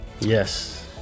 Yes